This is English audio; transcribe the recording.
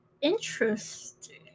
interesting